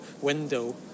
window